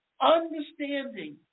understanding